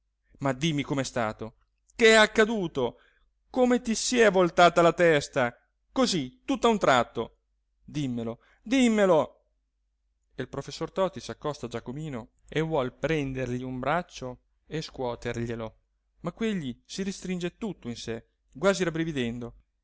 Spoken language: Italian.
ma dimmi com'è stato che è accaduto come ti s'è voltata la testa così tutt'a un tratto dimmelo dimmelo e il professor toti s'accosta a giacomino e vuol prendergli un braccio e scuoterglielo ma quegli si restringe tutto in sé quasi